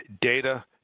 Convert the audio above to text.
data